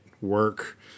work